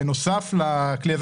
בנוסף לכלי הזה